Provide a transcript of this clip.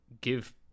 give